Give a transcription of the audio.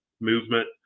movement